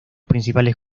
principales